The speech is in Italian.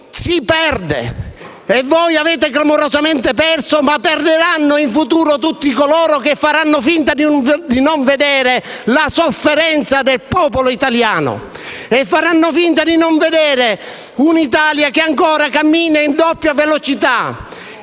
si perde (e voi avete clamorosamente perso), ma perderanno in futuro tutti coloro che faranno finta di non vedere la sofferenza del popolo italiano, che faranno finta di non vedere un'Italia che ancora cammina a doppia velocità,